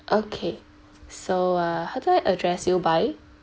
okay so uh how do I address you by